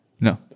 No